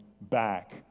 back